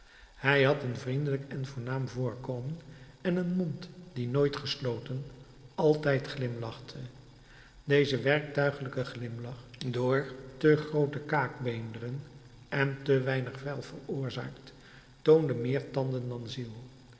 hij had een vriendelijk en voornaam voorkomen en een mond die nooit gesloten altijd glimlachte deze werktuiglijke glimlach door te groote kaakbeenderen en te weinig vel veroorzaakt toonde meer tanden dan ziel